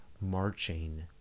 marching